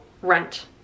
rent